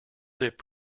dip